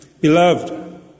Beloved